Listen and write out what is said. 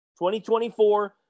2024